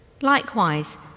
Likewise